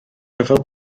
ryfel